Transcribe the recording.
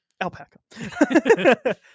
alpaca